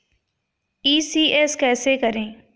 ECS कैसे करें?